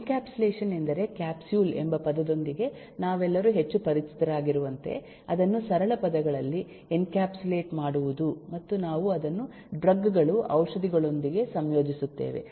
encapsulation ಎಂದರೆ capsule ಎಂಬ ಪದದೊಂದಿಗೆ ನಾವೆಲ್ಲರೂ ಹೆಚ್ಚು ಪರಿಚಿತರಾಗಿರುವಂತೆ ಅದನ್ನು ಸರಳ ಪದಗಳಲ್ಲಿ ಎನ್ಕ್ಯಾಪ್ಸುಲೇಟ್ ಮಾಡುವುದು ಮತ್ತು ನಾವು ಅದನ್ನು ಡ್ರಗ್ ಗಳು ಔಷಧಿಗಳೊಂದಿಗೆ ಸಂಯೋಜಿಸುತ್ತೇವೆ